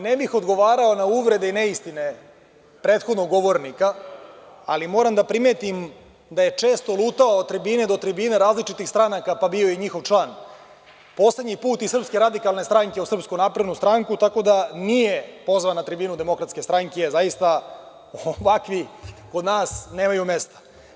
Ne bih odgovarao na uvrede i neistine prethodnog govornika, ali moram da primetim da je često lutao od tribine do tribine različitih stranaka pa bio i njihov član, poslednji put iz SRS u SNS, tako da nije pozvan na tribinu DS jer zaista ovakvi kod nas nemaju mesta.